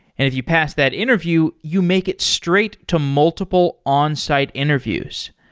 if you pass that interview, you make it straight to multiple onsite interviews.